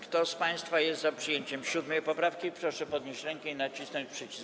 Kto z państwa jest za przyjęciem 7. poprawki, proszę podnieść rękę i nacisnąć przycisk.